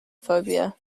phobia